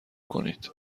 کنید